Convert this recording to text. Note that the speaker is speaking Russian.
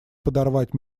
подорвать